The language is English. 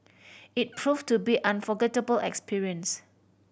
it proved to be an unforgettable experience